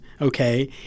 okay